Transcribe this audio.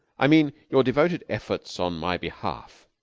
i mean your devoted efforts on my behalf.